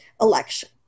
election